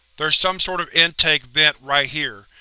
there's some sort of intake vent right here.